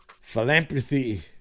Philanthropy